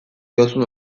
diozun